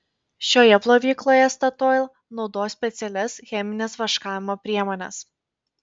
šioje plovykloje statoil naudos specialias chemines vaškavimo priemones